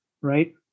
Right